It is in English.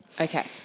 Okay